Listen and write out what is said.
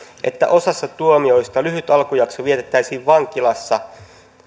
että osassa tuomioista lyhyt alkujakso vietettäisiin vankilassa